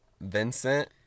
Vincent